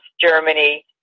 Germany